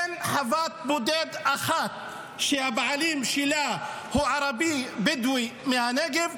אין חוות בודדים אחת שהבעלים שלה הוא ערבי בדואי מהנגב,